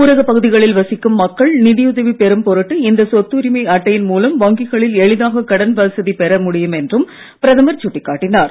ஊரகப் பகுதிகளில் வசிக்கும் மக்கள் நிதியுதவி பெரும் பொருட்டு இந்த சொத்து உரிமை அட்டையின் மூலம் வங்கிகளில் எளிதாக கடன் வசதி பெற முடியும் என்றும் பிரதமர் சுட்டிக் காட்டினார்